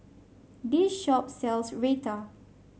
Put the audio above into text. this shop sells Raita